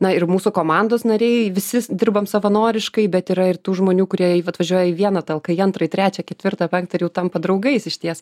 na ir mūsų komandos nariai visi dirbam savanoriškai bet yra ir tų žmonių kurie atvažiuoja į vieną talka į antrą į trečią ketvirtą penktą ir jau tampa draugais išties